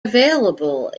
available